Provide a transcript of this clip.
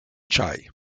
chai